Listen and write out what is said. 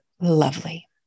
lovely